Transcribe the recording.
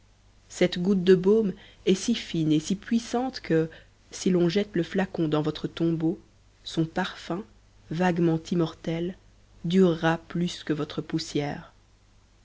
cette goutte de baume est si fine et si puissante que si l'on jette le flacon dans votre tombeau son parfum vaguement immortel durera plus que votre poussière